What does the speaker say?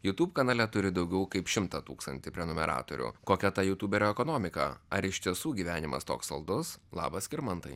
jutub kanale turi daugiau kaip šimtą tūkstantį prenumeratorių kokia ta jutuberio ekonomika ar iš tiesų gyvenimas toks saldus labas skirmantai